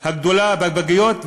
הגדולה בפגיות,